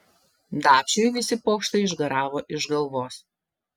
dapšiui visi pokštai išgaravo iš galvos